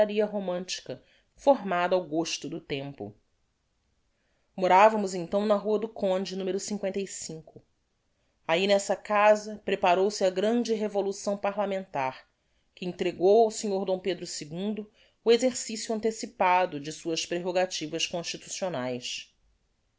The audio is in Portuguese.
livraria romantica formada ao gosto do tempo moravamos então na rua do conde n ahi nessa casa preparou-se a grande revolução parlamentar que entregou ao sr d pedro ii o exercicio antecipado de suas prerogativas constitucionaes